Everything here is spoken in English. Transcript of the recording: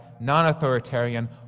non-authoritarian